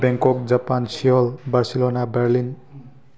Bangkok Japan Seoul Barcelona Berlin